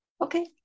okay